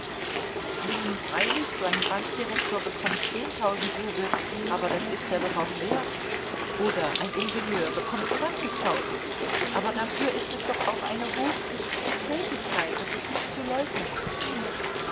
nun freilich so ein bankdirektor bekommt zehntausend rubel aber das ist er doch auch wert oder ein ingenieur bekommt zwanzigtausend aber dafür ist es doch auch eine hochwichtige tätigkeit das ist nicht zu leugnen